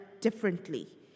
differently